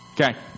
Okay